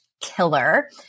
killer